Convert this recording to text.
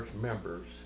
members